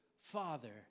Father